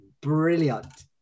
brilliant